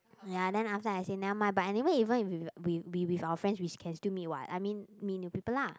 ya after that I say never mind but anyway even we we we with our friends we can still meet what I mean meet new people lah